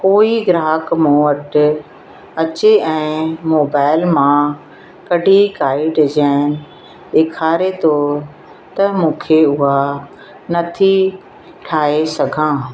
कोइ गिराकु मूं वटि अचे ऐं मोबाइल मां कढी काई डिज़ाइन ॾेखारे थो त मूंखे उहा नथी ठाहे सघां